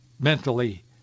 mentally